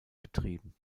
betrieben